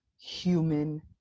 human